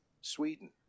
sweden